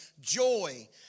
joy